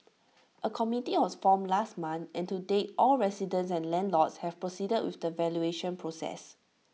A committee was formed last month and to date all residents and landlords have proceeded with the valuation process